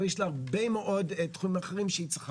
אבל יש לו הרבה מאוד תחומים אחרים שצריך